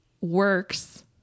works